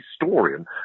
historian